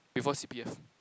before c_p_f